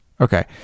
Okay